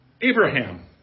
Abraham